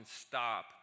stop